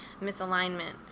misalignment